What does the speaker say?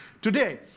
Today